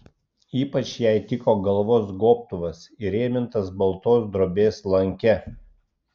ypač jai tiko galvos gobtuvas įrėmintas baltos drobės lanke